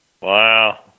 Wow